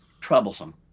troublesome